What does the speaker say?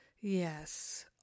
Yes